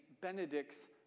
Benedict's